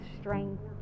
strength